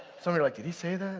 someone like, did he say that?